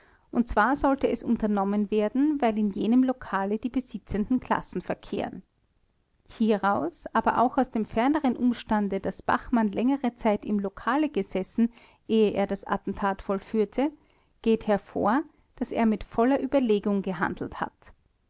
und zwar sollte es unternommen nommen werden weil in jenem lokale die besitzenden klassen verkehren hieraus aber auch aus dem ferneren umstande daß bachmann längere zeit im lokale gesessen ehe er das attentat vollführte geht hervor daß er mit voller überlegung gehandelt hat